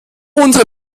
unsere